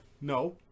No